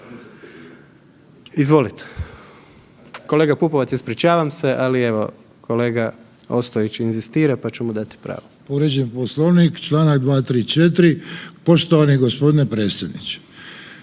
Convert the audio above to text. Izvolite. Kolega Pupavac, ispričavam se, ali evo kolega Ostojić inzistira pa ću mu dati pravo. **Ostojić, Ranko (SDP)** Povrijeđen Poslovnik Članak 234., poštovani gospodine predsjedniče